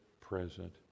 present